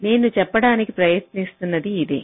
నేను చెప్పడానికి ప్రయత్నిస్తున్నది ఇదే